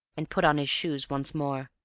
and put on his shoes once more,